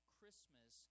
Christmas